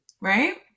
right